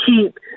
keep